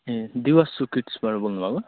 ए दिवस सुक्रितबाट बोल्नु भएको